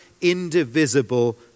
indivisible